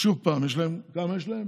שוב פעם, יש להם, כמה יש להם?